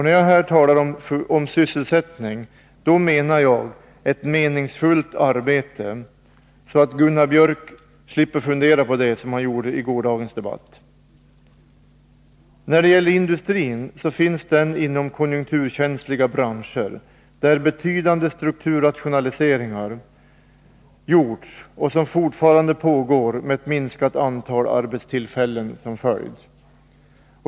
När jag här talar om sysselsättning menar jag ett meningsfullt arbete, detta sagt för att Gunnar Biörck i Värmdö skall slippa fundera på detta, vilket han gjorde i gårdagens debatt. Regionens industriarbeten finns i konjunkturkänsliga branscher, där betydande strukturrationaliseringar har gjorts, vilka fortfarande pågår med ett minskat antal arbetstillfällen som följd.